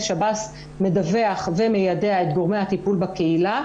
השב"ס מדווח ומיידע את גורמי הטפול בקהילה